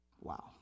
Wow